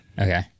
Okay